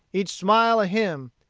each smile a hymn,